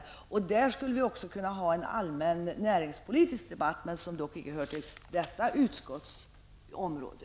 I fråga om detta skulle vi kunna ha en allmän näringspolitisk debatt, men detta hör inte till detta utskottsområde.